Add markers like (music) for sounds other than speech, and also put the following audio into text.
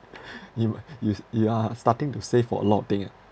(laughs) you you s~ you are starting to save for a lot of thing eh